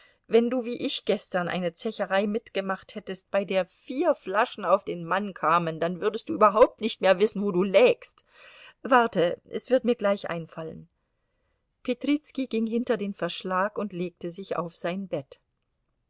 wenn du wie ich gestern eine zecherei mitgemacht hättest bei der vier flaschen auf den mann kamen dann würdest du überhaupt nicht mehr wissen wo du lägst warte es wird mir gleich einfallen petrizki ging hinter den verschlag und legte sich auf sein bett